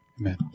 amen